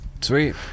Sweet